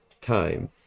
time